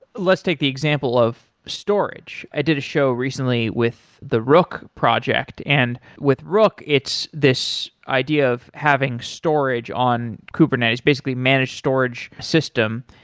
let's take the example of storage. i did a show recently with the rook project, and with rook it's this idea of having storage on kubernetes. basically managed storage system,